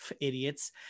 idiots